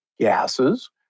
gases